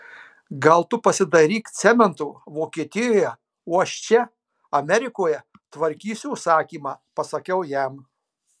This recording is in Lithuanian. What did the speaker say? gal tu pasidairyk cemento vokietijoje o aš čia amerikoje tvarkysiu užsakymą pasakiau jam